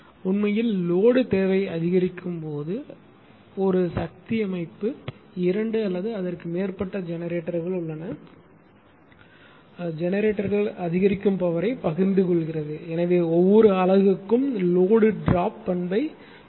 உண்மையில் லோடு தேவை அதிகரிக்கும் போது ஒரு சக்தி அமைப்பு இரண்டு அல்லது அதற்கு மேற்பட்ட ஜெனரேட்டர்கள் உள்ளன ஜெனரேட்டர்கள் அதிகரிக்கும் பவரை பகிர்ந்து கொள்கிறது எனவே ஒவ்வொரு அலகுக்கும் லோடு ட்ரோப் பண்பைப் பொறுத்தது